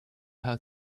how